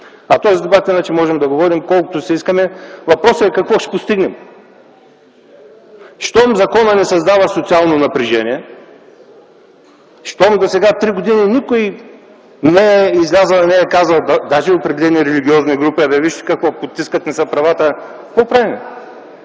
А този дебат иначе можем да го водим, колкото си искаме. Въпросът е какво ще постигнем. Щом законът не създава социално напрежение, щом досега три години никой не е излязъл и не е казал, даже определени религиозни групи: „А бе, вижте какво, подтискат ни се правата, какво правим?”.